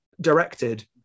directed